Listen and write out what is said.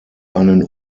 einen